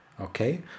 Okay